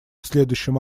следующим